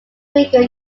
figure